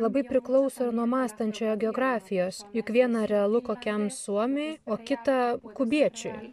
labai priklauso ir nuo mąstančiojo geografijos juk vieną realu kokiam suomiui o kita kubiečiui